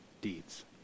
deeds